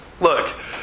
Look